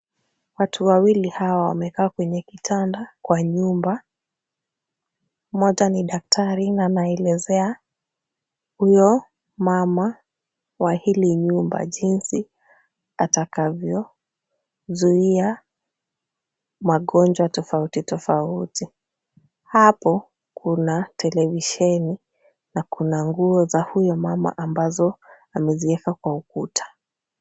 Watu mawili hawa wamekaa kwenye kitanda kwa nyumba. Mmoja ni daktari na anaelezea huyo mama wa hili nyumba jinsi atakavyozuia magonjwa tofauti tofauti. Hapo kuna televisheni na kuna nguo za huyu mama ambazo amezieka kwa ukuta.